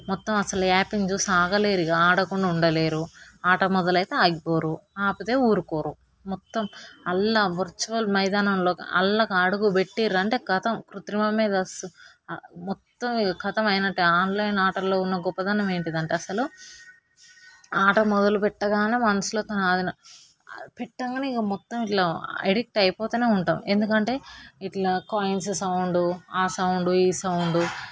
మొత్తం అసలు యాప్ను చూసి ఆగలేరు ఇంకా ఆడకుండా ఉండలేరు ఆట మొదలైతే ఆగిపోరు ఆపితే ఊరుకోరు మొత్తం అలా వర్చువల్ మైదానంలోకి అందులో అడుగు పెట్టిండ్రు అంటే గతం కృత్రిమ మేధస్సు మొత్తం ఇక కతమైనట్టే ఆన్లైన్ ఆటల్లో ఉన్న గొప్పతనం ఏంటిదంటే అసలు ఆట మొదలుపెట్టంగానే ఆ మనసులోకి ఆవేదన పెట్టంగానే ఇంకా మొత్తం ఇట్లా ఎడిట్ అయిపోతానే ఉంటారు ఎందుకంటే ఇట్లా కాయిన్స్ సౌండ్ ఆ సౌండ్ ఈ సౌండ్